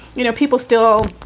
you know, people still